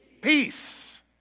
Peace